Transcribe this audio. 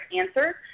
answer